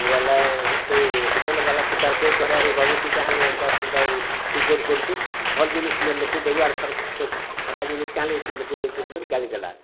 ବେଲେ ସେ ହୋଟେଲ୍ ବାଲା ସେ ତା'ର ପୁଅକୁ କହିଲା ଆରେ ବାବୁ ତୁଈ କାଏଁ ହେଲାଯେ ଏନ୍ତା ଅସୁବିଧା ତୁଈ କରୁଛୁ ଭଲ୍ ଜିନିଷ୍ ସିନା ଲୋକ୍କୁ ଦେବୁ ଆରୁ ସେ ଖରାପ୍ ଜିନିଷ୍ କାଏଁଯେ ଲୋକ୍କୁ ଦେଉଛୁ ବୋଲି ଗାଲିଦେଲା